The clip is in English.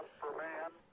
for man.